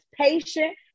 patient